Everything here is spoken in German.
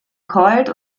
colt